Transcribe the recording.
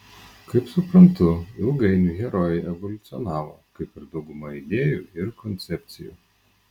kaip suprantu ilgainiui herojai evoliucionavo kaip ir dauguma idėjų ir koncepcijų